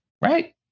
Right